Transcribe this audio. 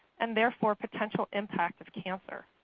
and therefore, potential impact of cancer.